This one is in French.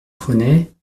trônait